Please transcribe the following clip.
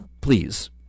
please